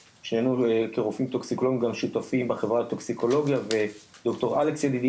שכרופאים טוקסיקולוגים גם שותפים בחברה לטוקסיקולוגיה ודר' אלכס ידידי,